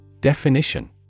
Definition